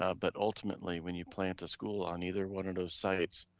ah but ultimately when you plant a school on either one of those sites,